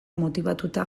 motibatuta